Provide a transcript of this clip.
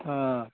हां